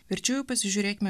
verčiau jau pasižiūrėkime